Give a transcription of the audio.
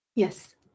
Yes